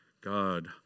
God